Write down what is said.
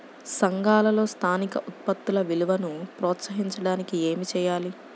సంఘాలలో స్థానిక ఉత్పత్తుల విలువను ప్రోత్సహించడానికి ఏమి చేయాలి?